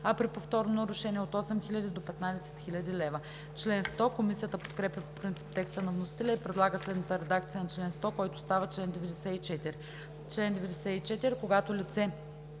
а при повторно нарушение от 8000 до 15 000 лв.“ Комисията подкрепя по принцип текста на вносителя и предлага следната редакция на чл. 100, който става чл. 94: „Чл. 94. Когато лице